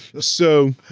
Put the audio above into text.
so